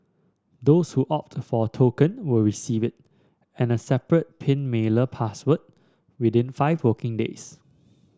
those who opt for a token will receive it and a separate pin mailer password within five working days